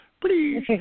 Please